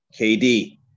KD